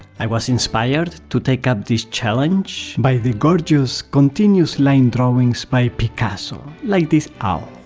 i was inspired to take up this challenge by the gorgeous continues line drawings by picasso, like this owl.